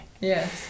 Yes